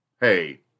Hey